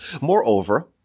Moreover